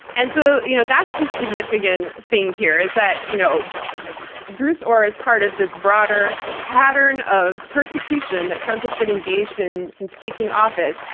and so you know that's the significant thing here, is that you know bruce ohr is part of this broader pattern of persecution that trump is been engaged in since taking office,